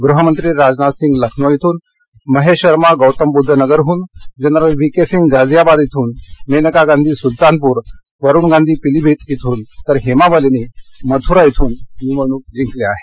गृह मंत्री राजनाथ सिंग लखनौ इथून महेश शर्मा गौतमबुद्ध नगरहून general V K Singh Ghaziabad इथून मेनका गांधी सुलतानपुर इथून वरुण गांधी पीलिभित इथून तर हेमामालिनी मथुरा इथून निवडणूक जिंकले आहेत